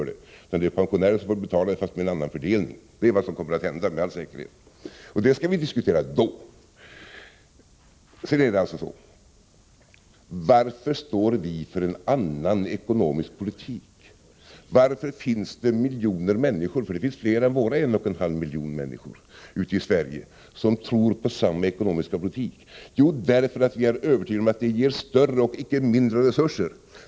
Det är pensionärerna som får betala, fastän med en annan fördelning. Det är vad som med all säkerhet kommer att hända. Men det skall vi diskutera då. Varför står vi för en annan ekonomisk politik? Varför tror miljoner människor — det finns nämligen flera än ”våra” en och en halv miljon människor ute i landet — på samma ekonomiska politik? Jo, därför att de är övertygade om att den ger större, och icke mindre, resurser.